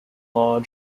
law